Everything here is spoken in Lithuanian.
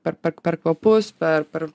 per perk per kvapus per per